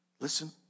listen